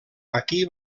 aquí